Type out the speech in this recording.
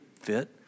fit